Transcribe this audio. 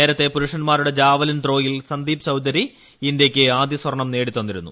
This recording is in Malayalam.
നേരത്തെ പുരുഷന്മാരുടെ ജാവലിൻ ത്രോയിൽ സന്ദീപ് ചൌധരി ഇന്ത്യയ്ക്ക് ആദ്യ സ്വർണം നേടിതന്നിരുന്നു